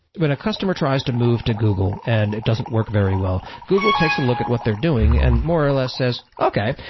when a customer tries to move to google and it doesn't work very well, google takes a look at what they're doing and more or less says, okay,